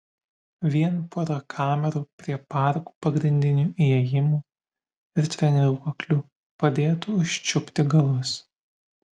vien pora kamerų prie parkų pagrindinių įėjimų ir treniruoklių padėtų užčiupti galus